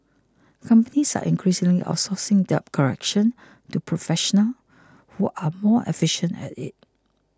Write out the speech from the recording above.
companies are increasingly outsourcing debt collection to professionals who are more efficient at it